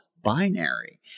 binary